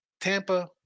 Tampa